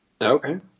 Okay